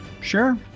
Sure